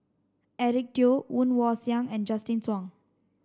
Eric Teo Woon Wah Siang and Justin Zhuang